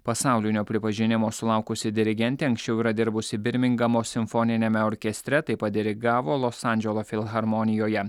pasaulinio pripažinimo sulaukusi dirigentė anksčiau yra dirbusi birmingamo simfoniniame orkestre taip pat dirigavo los andželo filharmonijoje